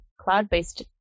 cloud-based